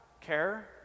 care